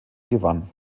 gewann